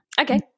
Okay